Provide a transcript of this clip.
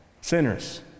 sinners